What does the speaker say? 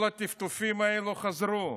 כל הטפטופים האלו חזרו,